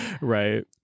right